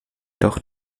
doch